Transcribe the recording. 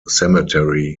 cemetery